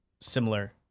similar